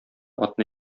атны